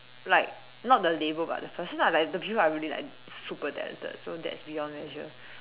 like not the labour but the person ah like the people are really like super talented so that's beyond measure